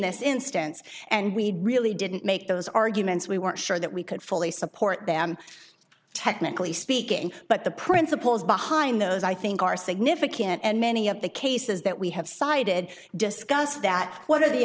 this instance and we really didn't make those arguments we weren't sure that we could fully support them technically speaking but the principles behind those i think are significant and many of the cases that we have cited discuss that what are the